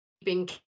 keeping